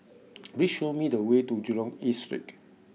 please show me the way to Jurong East Street